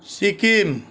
Sikkim